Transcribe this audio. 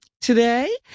today